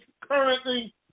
currently